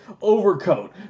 overcoat